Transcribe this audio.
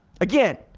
Again